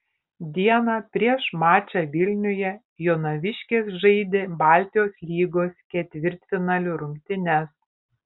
dieną prieš mačą vilniuje jonaviškės žaidė baltijos lygos ketvirtfinalio rungtynes